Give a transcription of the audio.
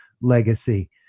legacy